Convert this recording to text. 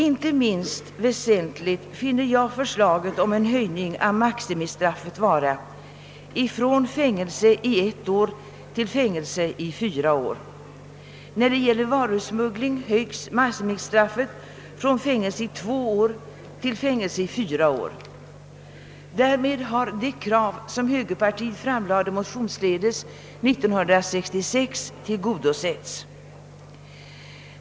Inte minst väsentligt finner jag förslaget om en höjning av maximistraffet från fängelse i ett år till fängelse i fyra år. När det gäller varusmuggling höjs maximistraffet från fängelse i två år till fängelse i fyra år. Därmed har det krav, som högerpartiet framlade motionsledes 1966, tillgodosetts.